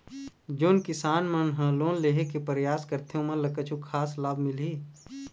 जोन किसान मन लोन लेहे के परयास करथें ओमन ला कछु खास लाभ मिलही?